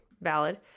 Valid